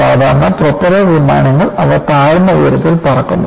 സാധാരണ പ്രൊപ്പല്ലർ വിമാനങ്ങൾ അവ താഴ്ന്ന ഉയരത്തിൽ പറക്കുന്നു